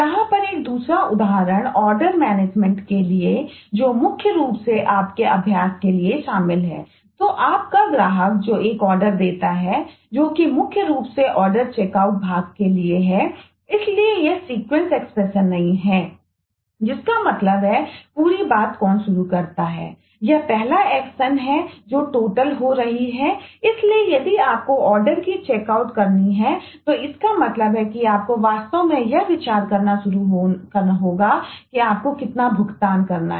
यहां पर एक दूसरा उदाहरण है ऑर्डर मैनेजमेंट करनी है तो इसका मतलब है कि आपको वास्तव में यह विचार करना शुरू करना होगा कि आपको कितना भुगतान करना है